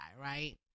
right